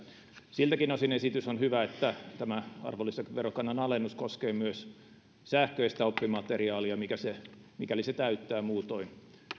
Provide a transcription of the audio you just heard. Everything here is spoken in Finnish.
siltäkin osin esitys on hyvä että tämä arvonlisäverokannan alennus koskee myös sähköistä oppimateriaalia mikäli se täyttää muutoin